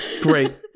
Great